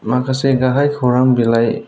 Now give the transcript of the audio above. माखासे गाहाय खौरां बिलाइ